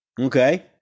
Okay